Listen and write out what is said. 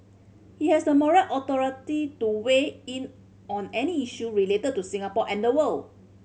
he has the moral authority to weigh in on any issue related to Singapore and the world